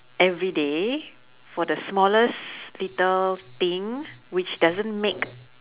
everyday for the smallest little thing which doesn't make